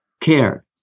Care